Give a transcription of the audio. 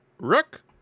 Rook